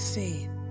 faith